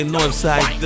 Northside